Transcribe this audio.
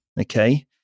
okay